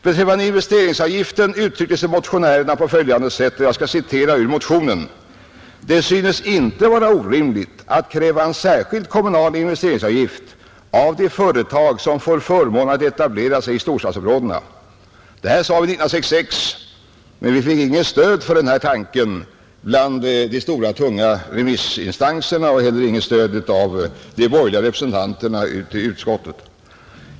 Beträffande investeringsavgiften uttryckte sig motionärerna på följande sätt: ”Det synes inte vara orimligt att kräva en särskild kommunal investeringsavgift av de företag som får förmånen att etablera sig i storstadsområdena.” Detta sade vi 1966, men vi fick inget stöd för den här tanken bland de stora och tunga remissinstanserna och inte heller av de borgerliga representanterna i utskottet.